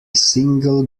single